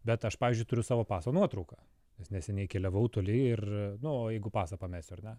bet aš pavyzdžiui turiu savo paso nuotrauką nes neseniai keliavau toli ir nu o jeigu pasą pamesiu ar ne